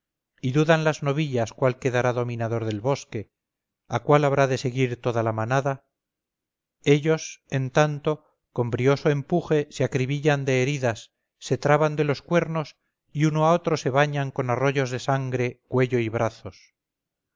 y dudan las novillas cuál quedará dominador del bosque a cuál habrá de seguir toda la manada ellos en tanto con brioso empuje se acribillan de heridas se traban de los cuernos y uno a otro se bañan con arroyos de sangre cuello y brazos